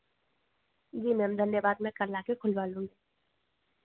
जी ma'am धन्यवाद मैं कल आ कर खुलवा लूँगी